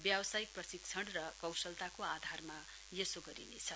व्यावसायिक प्रशिक्षण र कौशलताको आधारमा यसो गरिनेछ